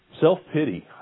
Self-pity